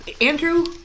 Andrew